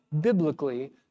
biblically